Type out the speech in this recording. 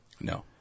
No